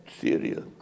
Syria